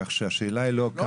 כך שהשאלה היא לא כמה.